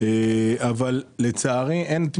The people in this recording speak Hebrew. אבל לצערי יש עם